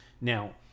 Now